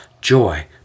joy